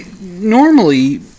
normally